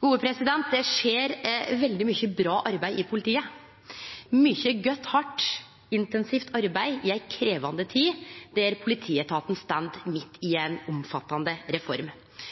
Det skjer veldig mykje bra arbeid i politiet – mykje godt, hardt og intensivt arbeid i ei krevjande tid der politietaten står midt i ei omfattande reform.